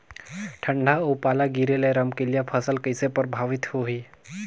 ठंडा अउ पाला गिरे ले रमकलिया फसल कइसे प्रभावित होही?